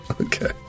Okay